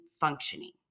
functioning